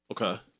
okay